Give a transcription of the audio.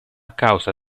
causa